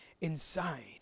inside